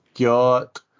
got